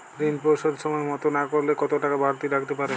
ঋন পরিশোধ সময় মতো না করলে কতো টাকা বারতি লাগতে পারে?